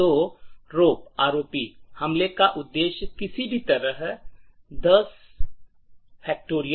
तो रोप हमले का उद्देश्य किसी भी तरह 10